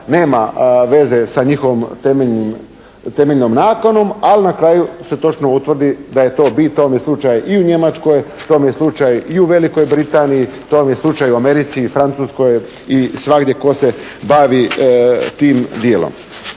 nema veze sa njihovom temeljnom nakanom ali na kraju se točno utvrdi da je to bit. To vam je slučaj i u Njemačkoj, to vam je slučaj i u Velikoj Britaniji, to vam je slučaj u Americi i Francuskoj i svagdje tko se bavi tim djelom.